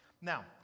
Now